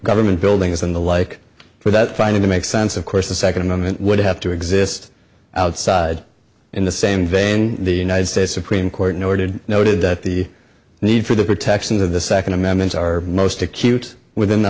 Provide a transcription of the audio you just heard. government buildings and the like for that finding to make sense of course the second amendment would have to exist outside in the same vein the united states supreme court ordered noted that the need for the protection of the second amendment are most acute within the